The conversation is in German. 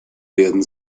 werden